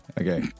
Okay